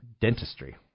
dentistry